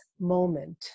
moment